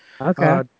Okay